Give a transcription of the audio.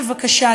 בבקשה,